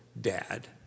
dad